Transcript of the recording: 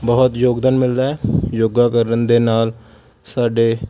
ਬਹੁਤ ਯੋਗਦਾਨ ਮਿਲਦਾ ਹੈ ਯੋਗਾ ਕਰਨ ਦੇ ਨਾਲ ਸਾਡੇ